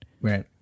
Right